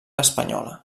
espanyola